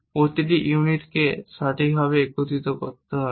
প্রতিটি ইউনিটকেও সঠিকভাবে একত্রিত করতে হবে